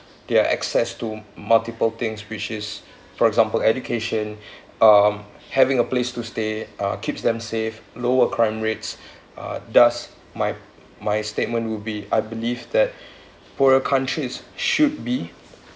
their access to multiple things which is for example education um having a place to stay uh keeps them save lower crime rates uh thus my my statement will be I believe that poor countries should be